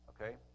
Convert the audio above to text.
Okay